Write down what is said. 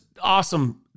awesome